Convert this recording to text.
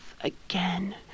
again